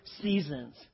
seasons